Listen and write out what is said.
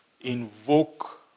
invoke